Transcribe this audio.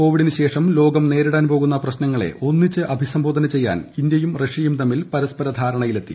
കോവിഡിന് ശേഷം ലോകം നേരിടാൻ പോകുന്ന പ്രശ്നങ്ങളെ ഒന്നിച്ച് അഭിസംബോധന ചെയ്യാൻ ഇന്ത്യയും റഷ്യയും തമ്മിൽ പരസ്പര ധാരണയിലെത്തി